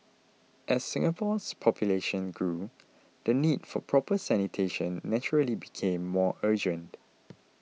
as Singapore's population grew the need for proper sanitation naturally became more urgent